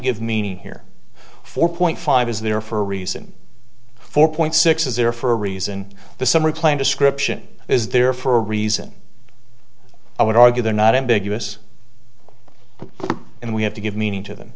give meaning here four point five is there for a reason four point six is there for a reason the summary plan description is there for a reason i would argue they're not ambiguous and we have to give meaning to them